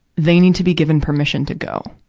they need to be given permission to go.